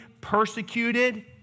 persecuted